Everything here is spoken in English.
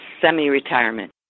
semi-retirement